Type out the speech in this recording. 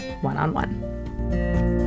one-on-one